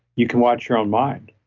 you can watch your own mind